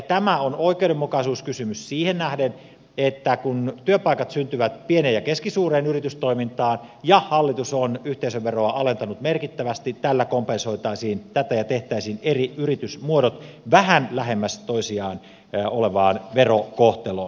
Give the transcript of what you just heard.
tämä on oikeudenmukaisuuskysymys siihen nähden että kun työpaikat syntyvät pieneen ja keskisuureen yritystoimintaan ja hallitus on yhteisöveroa alentanut merkittävästi tällä kompensoitaisiin tätä ja tuotaisiin eri yritysmuodot vähän lähemmäs toisiaan olevaan verokohteluun